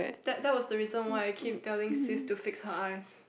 that that was the reason I keep telling sis to fix her eyes